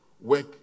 work